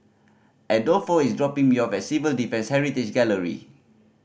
Adolfo is dropping me off at Civil Defence Heritage Gallery